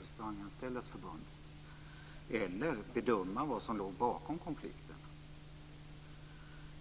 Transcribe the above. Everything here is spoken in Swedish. Restauranganställdas förbund eller att bedöma vad som låg bakom konflikten.